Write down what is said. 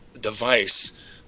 device